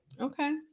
Okay